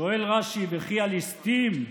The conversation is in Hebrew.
שואל רש"י: וכי הלסטים,